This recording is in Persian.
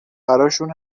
براشون